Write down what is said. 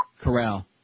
corral